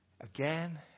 again